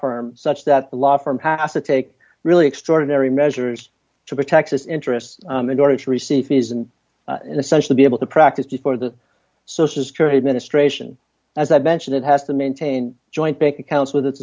firms such that the law firm has to take really extraordinary measures to protect us interests in order to receive his and in a sense the be able to practice before the social security administration as i mentioned it has to maintain joint bank accounts with